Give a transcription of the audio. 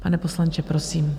Pane poslanče, prosím.